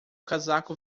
casaco